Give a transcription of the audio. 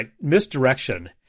misdirection